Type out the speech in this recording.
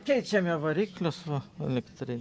keičiame variklius va elektrinius